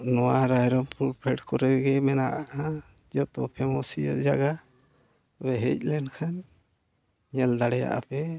ᱱᱚᱣᱟ ᱨᱟᱭᱨᱚᱝᱯᱩᱨ ᱯᱷᱮᱰ ᱠᱚᱨᱮ ᱜᱮ ᱢᱮᱱᱟᱜᱼᱟ ᱡᱚᱛᱚ ᱯᱷᱮᱢᱟᱥ ᱜᱮᱭᱟ ᱡᱟᱭᱜᱟ ᱛᱚᱵᱮ ᱦᱮᱡ ᱞᱮᱱᱠᱷᱟᱱ ᱧᱮᱞ ᱫᱟᱲᱮᱭᱟᱜᱼᱟ ᱯᱮ